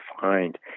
find